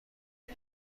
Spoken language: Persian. چرا